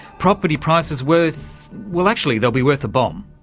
property prices worth. well, actually they'll be worth a bomb.